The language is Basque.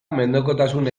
mendekotasun